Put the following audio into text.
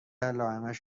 علائمش